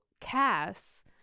Cass